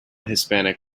hispanic